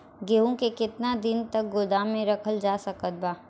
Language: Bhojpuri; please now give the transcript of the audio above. गेहूँ के केतना दिन तक गोदाम मे रखल जा सकत बा?